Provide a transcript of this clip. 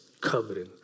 covering